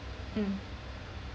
mm